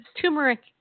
turmeric